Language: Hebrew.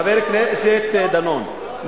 חבר הכנסת דנון,